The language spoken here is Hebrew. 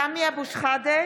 סמי אבו שחאדה,